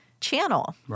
channel